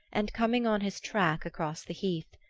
and coming on his track across the heath,